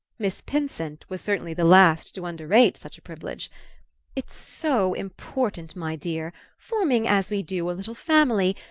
miss pinsent was certainly the last to underrate such a privilege it's so important, my dear, forming as we do a little family,